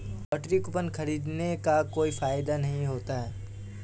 lottery coupon खरीदने का कोई फायदा नहीं होता है